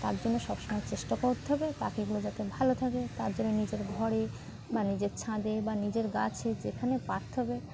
তার জন্য সব সময় চেষ্টা করতে হবে পাখিগুলো যাতে ভালো থাকে তার জন্য নিজের ঘরে বা নিজের ছাদে বা নিজের গাছে যেখানে পারতে হবে